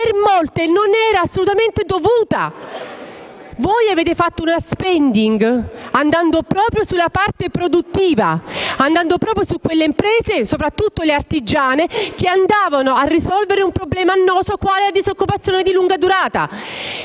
questa non era assolutamente dovuta. Voi avete fatto una *spending* *review* andando proprio sulla parte produttiva, andando proprio su quelle imprese, soprattutto le artigiane, che andavano a risolvere un problema annoso quale la disoccupazione di lunga durata.